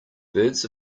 birds